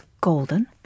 golden